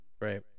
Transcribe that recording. right